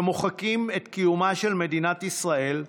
שמוחקים את קיומה של מדינת ישראל,